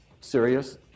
serious